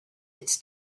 its